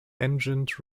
engined